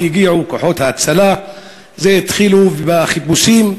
הגיעו כוחות ההצלה והתחילו בחיפושים,